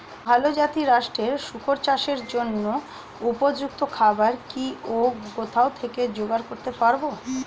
ভালো জাতিরাষ্ট্রের শুকর চাষের জন্য উপযুক্ত খাবার কি ও কোথা থেকে জোগাড় করতে পারব?